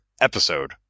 episode